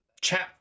chat